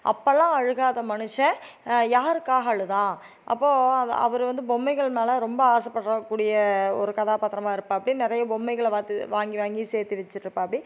அப்போலாம் அழுகாத மனுஷன் யாருக்காக அழுதான் அப்போது அ அவரு வந்து பொம்மைகள் மேல ரொம்ப ஆசைப்பட்றக்கூடிய ஒரு கதாபத்தரமா இருப்பாப்டி நிறைய பொம்மைகளை பார்த்து வாங்கி வாங்கி சேர்த்து வச்சிருப்பாப்டி